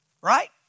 Right